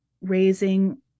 raising